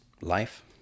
Life